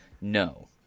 no